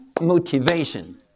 motivation